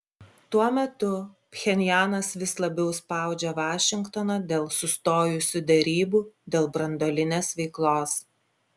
tuo metu pchenjanas vis labiau spaudžia vašingtoną dėl sustojusių derybų dėl branduolinės veiklos